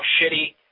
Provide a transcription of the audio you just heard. shitty